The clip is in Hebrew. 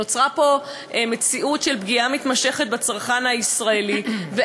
נוצרה פה מציאות של פגיעה מתמשכת בצרכן הישראלי,